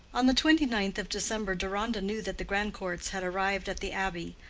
on the twenty-ninth of december deronda knew that the grandcourts had arrived at the abbey,